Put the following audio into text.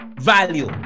value